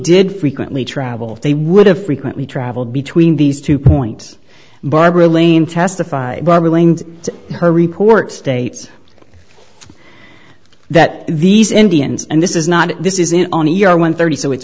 did frequently travel they would have frequently travel between these two points barbara lane testified to her report states that these indians and this is not this is in on e r one thirty so it's